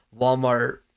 Walmart